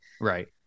Right